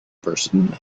person